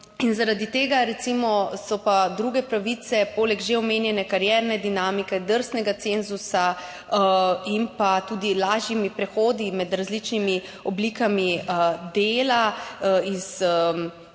Zaradi tega, recimo, so pa druge pravice poleg že omenjene karierne dinamike, drsnega cenzusa, tudi lažji prehodi med različnimi oblikami dela iz